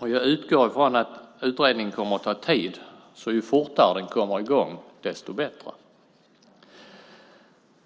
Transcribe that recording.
Jag utgår ifrån att utredningen kommer att ta tid - ju fortare den kommer i gång, desto bättre.